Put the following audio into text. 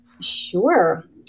Sure